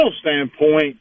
standpoint